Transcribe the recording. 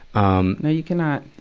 um no, you cannot.